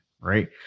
right